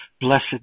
blessed